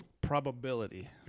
probability